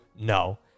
no